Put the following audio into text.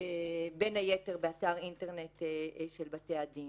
בין היתר, באתר אינטרנט של בתי הדין.